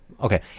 okay